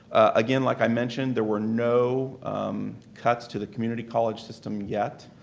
again, like i mentioned, there were no cuts to the community college system yet.